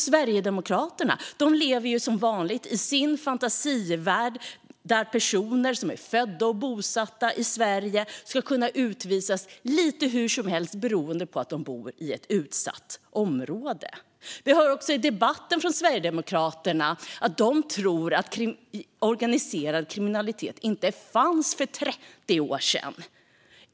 Sverigedemokraterna lever som vanligt i sin fantasivärld, där personer som är födda och bosatta i Sverige ska kunna utvisas lite hur som helst beroende på att de bor i ett utsatt område. Vi hör också i debatten från Sverigedemokraterna att de tror att organiserad kriminalitet inte fanns för 30 år sedan.